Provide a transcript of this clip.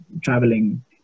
traveling